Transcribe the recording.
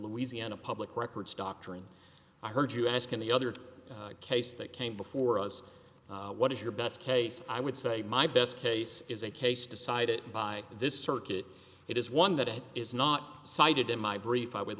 louisiana public records doctrine i heard you ask in the other case that came before us what is your best case i would say my best case is a case decided by this circuit it is one that it is not cited in my brief i would